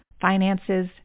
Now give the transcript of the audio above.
finances